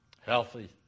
healthy